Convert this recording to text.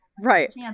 Right